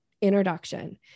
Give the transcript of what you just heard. introduction